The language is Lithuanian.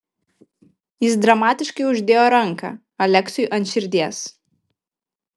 jis dramatiškai uždėjo ranką aleksiui ant širdies